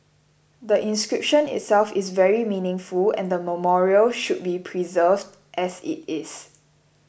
the inscription itself is very meaningful and the memorial should be preserved as it is